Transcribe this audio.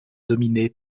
dominé